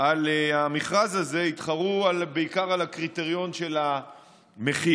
עשר שנים על המכרז הזה התחרו בעיקר על קריטריון המחיר.